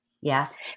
Yes